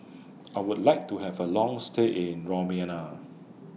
I Would like to Have A Long stay in Romania